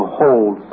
hold